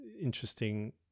interesting